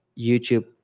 YouTube